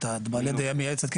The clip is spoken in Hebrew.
בעלי הדעה המייעצת,